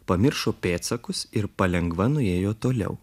pamiršo pėdsakus ir palengva nuėjo toliau